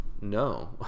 no